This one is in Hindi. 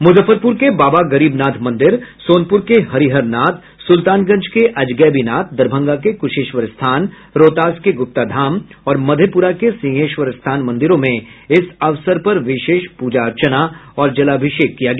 मुजफ्फरपुर के बाबा गरीबनाथ मंदिर सोनपुर के हरिहरनाथ सुल्तानगंज के अजगैबीनाथ दरभंगा के कुशेश्वर स्थान रोहतास के गुप्ताधाम और मधेपुरा के सिंहेश्वर स्थान मंदिरों में इस अवसर पर विशेष प्रजा अर्चना और जलाभिषेक किया गया